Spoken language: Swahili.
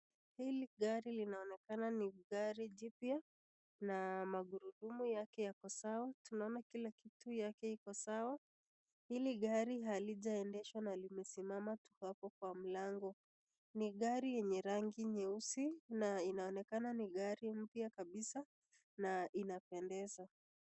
Hili gari inaonekana ni gari jipya na magurudumu yake iko sawa. Tunaona kila kitu iko sawa. Hili gari halijasimama na imesimama hapa kwa mlango. Ni gari ya nyeusi na inaonekana ni gari mpya kabisa na inapendeza.